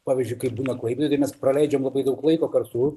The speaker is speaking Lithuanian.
pavyzdžiui kai būna klaipėdoj mes praleidžiam labai daug laiko kartu